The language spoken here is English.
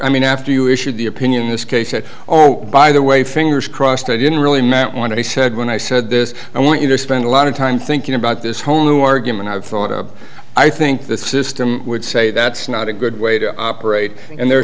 i mean after you issued the opinion in this case at all by the way fingers crossed i didn't really not want to he said when i said this i want you to spend a lot of time thinking about this whole new argument i've thought a i think the system would say that's not a good way to operate and there